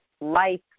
life